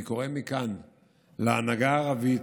אני קורא מכאן להנהגה הערבית: